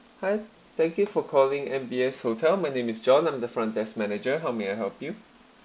hi thank you for calling M_B_S hotel my name is john I'm the front desk manager how may I help you